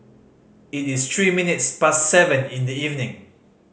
it is three minutes past seven in the evening